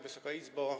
Wysoka Izbo!